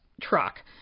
truck